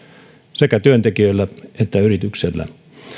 sekä työntekijöillä että yrityksellä